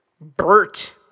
Bert